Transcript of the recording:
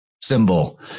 symbol